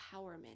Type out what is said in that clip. empowerment